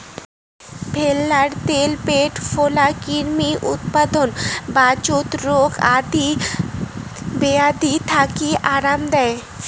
ভেন্নার ত্যাল প্যাট ফোলা, ক্রিমির উৎপাত, বাতজ রোগ আদি বেয়াধি থাকি আরাম দেই